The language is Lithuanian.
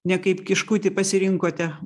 nekaip kiškutį pasirinkote